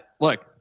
look